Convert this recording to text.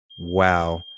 wow